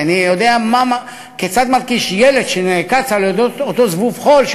כי אני יודע כיצד מרגיש ילד שנעקץ על-ידי אותו זבוב חול,